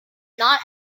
not